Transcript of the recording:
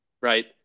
right